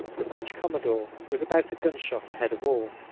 the french commodore was about a gun-shot ahead of all,